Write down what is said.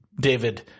David